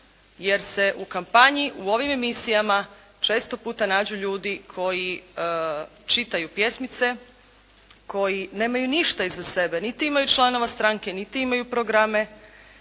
jer se u kampanji u ovim emisijama često puta nađu ljudi koji čitaju pjesmice, koji nemaju ništa iza sebe, niti imaju članova stranke, niti imaju programe